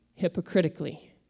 hypocritically